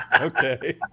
Okay